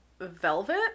Velvet